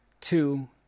Two